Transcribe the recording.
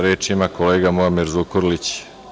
Reč ima kolega Muamer Zukorlić.